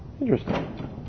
interesting